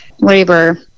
Labor